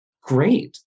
Great